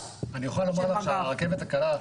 אני יכול לומר לך שהרכבת הקלה,